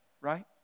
right